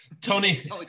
Tony